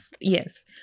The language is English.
Yes